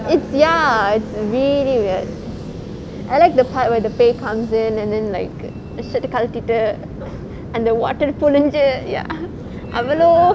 it's ya it's really weird I like the part where the பேய்:pei comes in and then like shirt ட கழட்டிட்டு அந்த:te kazhatittu antha water புழிஞ்சி:pulinji ya அவளோ:avalo